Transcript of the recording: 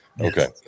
Okay